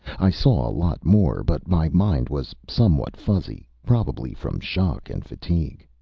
i saw a lot more. but my mind was somewhat fuzzy, probably from shock and fatigue.